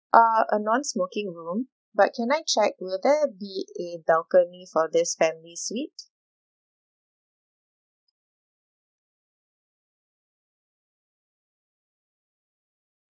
uh a non smoking room but can I check will there be a balcony for this family suite